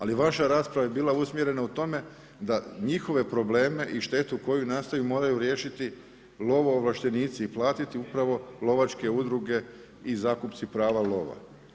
Ali vaša rasprava je bila usmjerena prema tome da njihove probleme i štetu koju nastaju moraju riješiti lovoovlaštenici i platiti upravo lovačke udruge i zakupci prava lova.